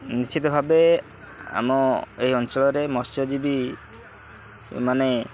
ନିଶ୍ଚିତ ଭାବେ ଆମ ଏହି ଅଞ୍ଚଳରେ ମତ୍ସ୍ୟଜୀବୀମାନେ